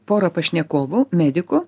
pora pašnekovų medikų